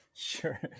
Sure